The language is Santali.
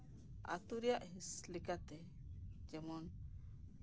ᱟᱹᱛᱩ ᱨᱮᱭᱟᱜ ᱦᱤᱸᱥ ᱞᱮᱠᱟᱛᱮ ᱡᱮᱢᱚᱱ